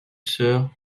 sœurs